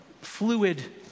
fluid